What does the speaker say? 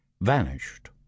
vanished